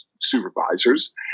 Supervisors